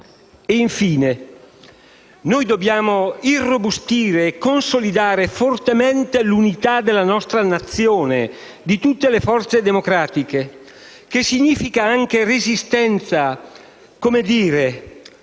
Infine, dobbiamo irrobustire e consolidare l'unità della nostra Nazione, di tutte le forze democratiche. Il che significa anche resistenza - per